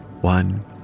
One